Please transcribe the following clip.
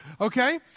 okay